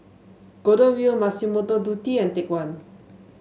Golden Wheel Massimo Dutti and Take One